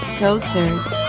cultures